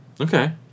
Okay